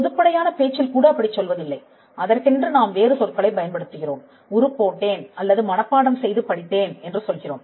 பொதுப்படையான பேச்சில் கூட அப்படிச் சொல்வதில்லை அதற்கென்று நாம் வேறு சொற்களைப் பயன்படுத்துகிறோம் உருப் போட்டேன் அல்லது மனப்பாடம் செய்து படித்தேன் என்று சொல்கிறோம்